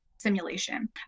simulation